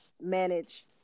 manage